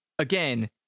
again